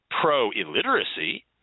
pro-illiteracy